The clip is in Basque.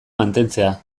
mantentzea